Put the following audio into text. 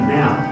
now